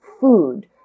food